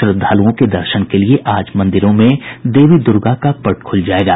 श्रद्धालूओं के दर्शन के लिए आज मंदिरों में देवी दुर्गा का पट खुल जायेगा